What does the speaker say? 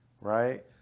Right